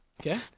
Okay